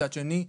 מצד שני,